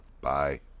Bye